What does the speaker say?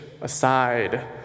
aside